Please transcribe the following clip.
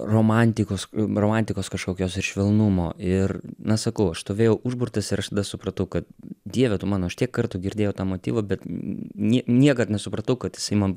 romantikos romantikos kažkokios ir švelnumo ir na sakau aš stovėjau užburtas ir aš supratau kad dieve tu mano aš tiek kartų girdėjau tą motyvą bet nie niekad nesupratau kad jisai man